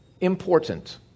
important